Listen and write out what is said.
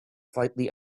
slightly